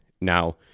now